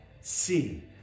see